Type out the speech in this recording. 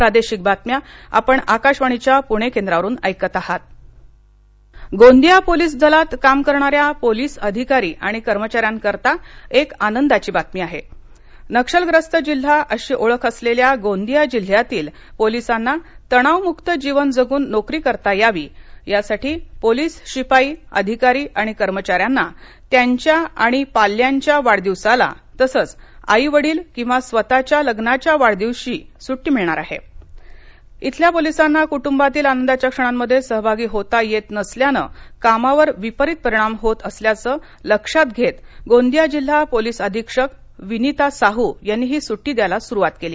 police स्टी Gondia Gondia police दलात काम करणाऱ्या पोलिस अधिकारी आणि कर्मचाऱ्यांकरता एक आनंदाची बातमी आहे नक्षल ग्रस्त जिल्हा अशी ओळख असलेल्या गोंदिया जिल्यातील पोलिसांना तणाव मुक्त जीवन जगून नोकरी करता यावी यासाठी पोलिस शिपाई अधिकारी आणि कर्मचाऱ्यांना त्यांच्या आणि पाल्यांच्या वाढदिवसाला तसंच आई वडील किंवा स्वतःच्या लग्नाच्या वाढदिवसासाठी सुटी मिळणार आहे इथल्या पोलिसांना कुटुंबातील आनंदाच्या क्षणांमध्ये सहभागी होता येत नसल्यानं कामावर विपरीत परिणाम होत असल्याचं लक्षात घेत गोंदिया जिल्हा पोलिस अधीक्षक विनिता साहू यांनी ही सुटी द्यायला सुरुवात केली